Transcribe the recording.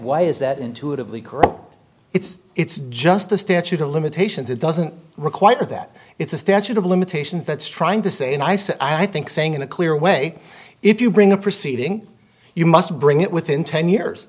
why is that intuitively it's it's just the statute of limitations it doesn't require that it's a statute of limitations that's trying to say and i said i think saying in a clear way if you bring a proceeding you must bring it within ten years